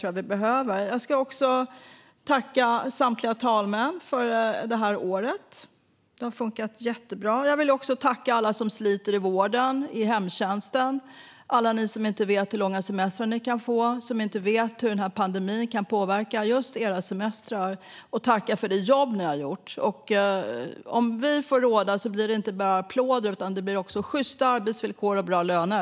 Jag vill även tacka samtliga talmän för detta år. Det har funkat jättebra. Jag vill också tacka alla som sliter i vården och hemtjänsten - alla som inte vet hur lång semester de kan få eller hur pandemin kan påverka just deras semester - för det jobb de har gjort. Om vi får råda blir det inte bara applåder, utan det blir också sjysta arbetsvillkor och bra löner.